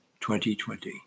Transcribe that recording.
2020